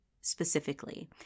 specifically